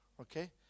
okay